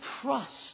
trust